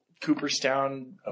Cooperstown